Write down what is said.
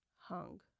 hung